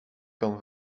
kan